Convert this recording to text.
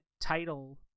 title